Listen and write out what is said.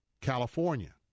California